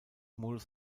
modus